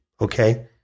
okay